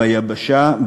ביבשה,